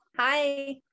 Hi